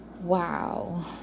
wow